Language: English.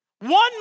One